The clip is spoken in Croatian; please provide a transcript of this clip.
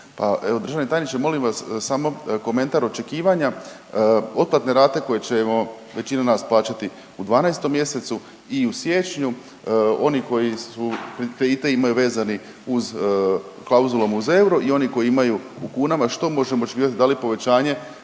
državni tajniče molim vas samo komentar očekivanja, otplatne rate koje ćemo većina nas plaćati u 12. mjesecu i u siječnju, oni koji su i te imaju vezani uz klauzulom uz euro i oni koji imaju u kunama što možemo očekivati, da li povećanje